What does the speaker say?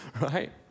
right